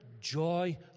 joy